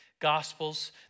gospels